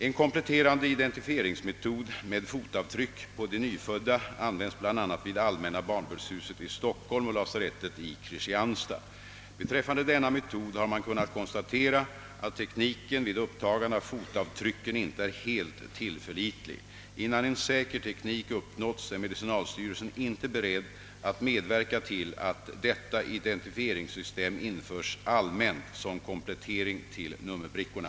En kompletterande identifieringsmetod med fotavtryck på de nyfödda används bl.a. vid Allmänna barnbördshuset i Stockholm och lasarettet i Kristianstad. Beträffande denna metod har man kunnat konstatera, att tekniken vid upptagandet av fotavtrycken inte är helt tillförlitlig. Innan en säker teknik uppnåtts, är medicinalstyrelsen inte beredd att medverka till att detta identifieringssystem införs allmänt som komplettering till nummerbrickorna.